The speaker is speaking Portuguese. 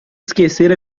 esquecer